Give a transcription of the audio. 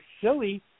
silly